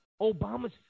Obama's